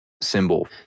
symbol